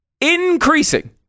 increasing